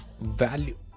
value